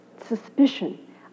suspicion